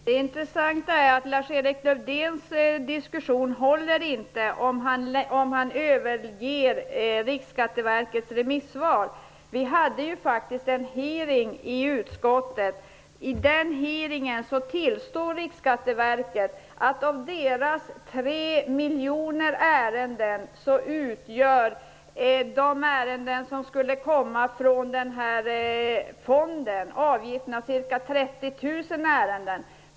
Herr talman! Det intressanta är att Lars-Erik Lövdéns resonemang inte håller om han överger Riksskatteverkets remissvar. Vi hade faktiskt en hearing i utskottet. Vid den hearingen tillstod Riksskatteverket att av verkets 3 miljoner ärenden utgör de ärenden som skulle komma från den här fonden ca 30 000.